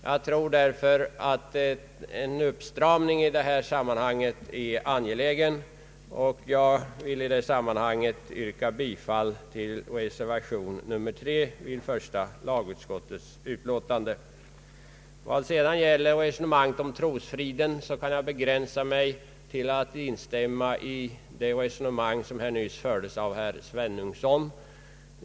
Jag anser därför att en uppstramning i detta fall är angelägen och vill i detta sammanhang yrka bifall till reservation 3 vid första lagutskottets utlåtande. Vad sedan beträffar trosfriden kan jag begränsa mig till att instämma i det resonemang som här fördes av herr Svenungsson.